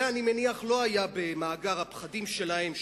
זה אני מניח לא היה במאגר הפחדים שלהם,